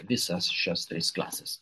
visas šias tris klases